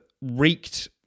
wreaked